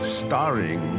starring